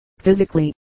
physically